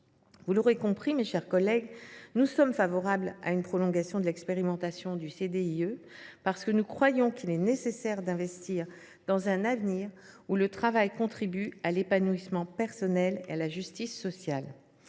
Vous l’aurez compris, mes chers collègues, nous sommes favorables à une prolongation de l’expérimentation du CDIE, parce que nous croyons qu’il est nécessaire d’investir dans un avenir où le travail contribue à l’épanouissement personnel et à la justice sociale.